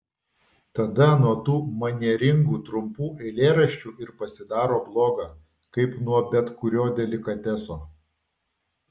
tada nuo tų manieringų trumpų eilėraščių ir pasidaro bloga kaip nuo bet kurio delikateso